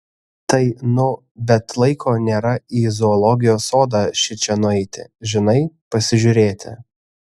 tai nu bet laiko nėra į zoologijos sodą šičia nueiti žinai pasižiūrėti